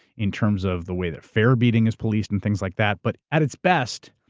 in terms of the way that fare beating is policed and things like that. but, at its best,